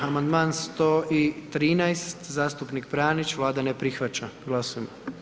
Amandman 113, zastupnik Pranić, Vlada ne prihvaća, glasujmo.